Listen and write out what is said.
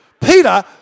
Peter